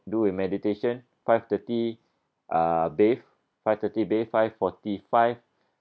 do a meditation five thirty uh bathe five thirty bathe five forty five